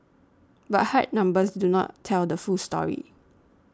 but hard numbers do not tell the full story